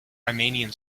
riemannian